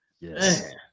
Yes